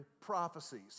prophecies